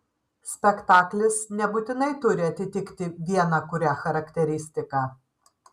spektaklis nebūtinai turi atitikti vieną kurią charakteristiką